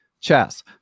chess